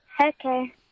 Okay